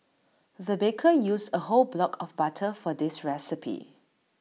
the baker used A whole block of butter for this recipe